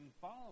follow